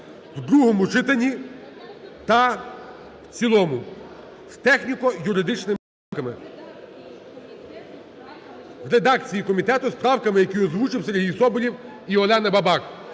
в другому читанні та в цілому з техніко-юридичними правками. В редакції комітету з правками, які озвучив Сергій Соболєв і Олена Бабак,